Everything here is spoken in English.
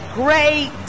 great